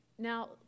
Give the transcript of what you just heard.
Now